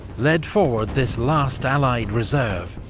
led forward this last allied reserve,